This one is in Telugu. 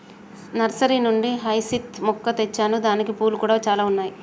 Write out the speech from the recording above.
నర్సరీ నుండి హైసింత్ మొక్క తెచ్చాను దానికి పూలు కూడా చాల ఉన్నాయి